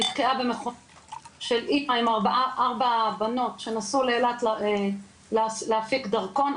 נתקעה במכונית אמא עם ארבע בנות שנסעו לאילת להנפיק דרכון.